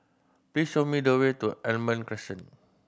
please show me the way to Almond Crescent